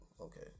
okay